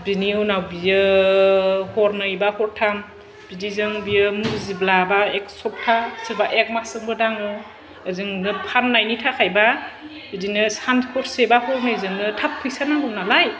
बिनि उनाव बियो हरनै बा हरथाम बिदिजों बियो मुजिब्ला बा एक सबथा सोबा एक मास जोंबो दाङो ओजों नों फाननायनि थाखायबा बिदिनो सान हरसेबा हरनैजोंनो थाब फैसा नांगौ नालाय